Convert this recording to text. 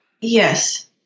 Yes